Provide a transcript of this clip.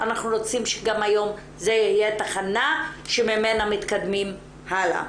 אנחנו רוצים שגם היום זה יהיה תחנה שממנה מתקדמים הלאה,